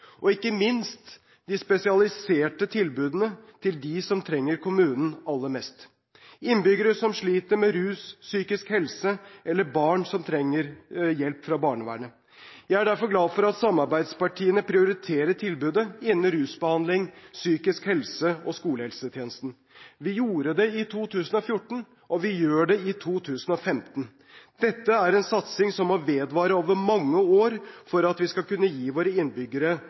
og ikke minst de spesialiserte tilbudene til dem som trenger kommunen aller mest: innbyggere som sliter med rus eller psykisk helse, eller barn som trenger hjelp fra barnevernet. Jeg er derfor glad for at samarbeidspartiene prioriterer tilbudet innenfor rusbehandling, psykisk helse og skolehelsetjenesten. Vi gjorde det i 2014, og vi gjør det i 2015. Dette er en satsing som må vedvare over mange år for at vi skal kunne gi våre innbyggere